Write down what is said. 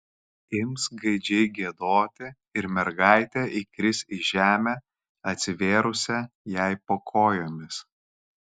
ims gaidžiai giedoti ir mergaitė įkris į žemę atsivėrusią jai po kojomis